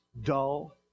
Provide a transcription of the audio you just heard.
Dull